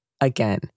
Again